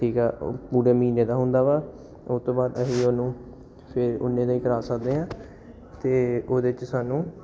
ਠੀਕ ਆ ਉਹ ਪੂਰੇ ਮਹੀਨੇ ਦਾ ਹੁੰਦਾ ਵਾ ਉਹ ਤੋਂ ਬਾਅਦ ਅਸੀਂ ਉਹਨੂੰ ਫੇਰ ਓਨੇ ਦਾ ਹੀ ਕਰਾ ਸਕਦੇ ਹਾਂ ਅਤੇ ਉਹਦੇ 'ਚ ਸਾਨੂੰ